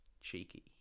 cheeky